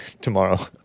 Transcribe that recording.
tomorrow